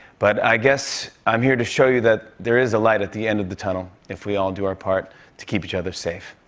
but i guess i'm here to show you that there is a light at the end of the tunnel if we all do our part to keep each other safe.